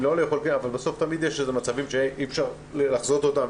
אבל בסוף יש תמיד מצבים שאי אפשר לחזות אותם,